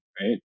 right